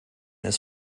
his